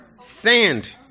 sand